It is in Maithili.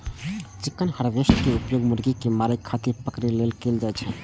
चिकन हार्वेस्टर के उपयोग मुर्गी कें मारै खातिर पकड़ै लेल कैल जाइ छै